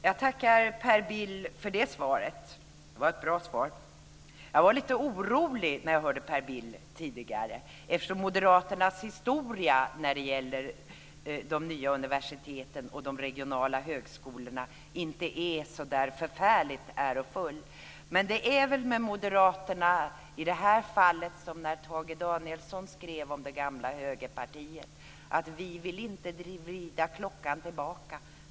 Fru talman! Jag tackar Per Bill för det svaret, det var ett bra svar. Jag var lite orolig när jag hörde Per Bill tidigare, eftersom Moderaternas historia när det gäller de nya universiteten och de regionala högskolorna inte är så där förfärligt ärofull. Det är med Moderaterna i det här fallet som Tage Danielsson skrev om det gamla Högerpartiet: Vi vill inte vrida klockan tillbaka.